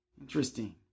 Interesting